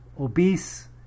obese